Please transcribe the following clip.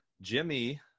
Jimmy